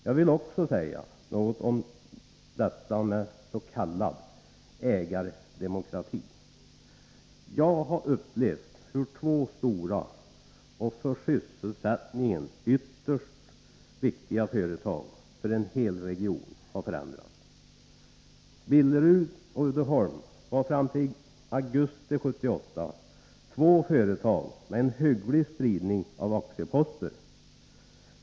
Jag vill också säga något om s.k. ägardemokrati. Jag har upplevt hur två stora och för sysselsättningen och hela regionen ytterst viktiga företag har förändrats. Billerud och Uddeholm var fram till augusti 1978 två företag med en hygglig spridning av aktieposter.